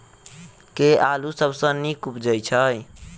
केँ आलु सबसँ नीक उबजय छै?